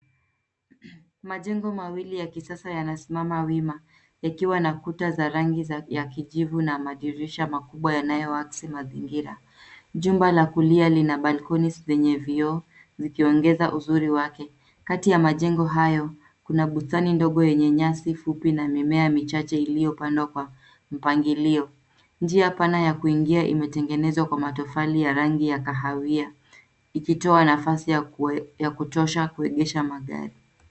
Majengo mawili ya kisasa yanasimama wima, yakiwa na kuta za rangi ya kijivu na madirisha makubwa yanayoakisi mazingira. Jumba la kulia lina balkoni zenye vioo zikiongeza uzuri wake. Kati ya majengo hayo, kuna bustani ndogo yenye nyasi fupi na mimea michache iliyopandwa kwa mpangilio. Njia pana ya kuingia imetengenezwa kwa matofali ya rangi ya kahawia, ikitoa nafasi ya kutosha kuegesha magari.